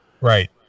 Right